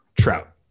Trout